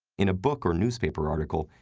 in a book or newspaper article,